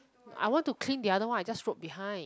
I want to clean the other one I just wrote behind